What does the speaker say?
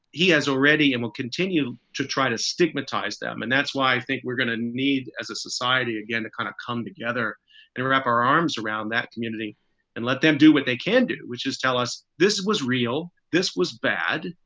he has already and will continue to try to stigmatize them. and that's why i think we're going to need as a society again, to kind of come together and wrap our arms around that community and let them do what they can do, which is tell us this was real, this was bad,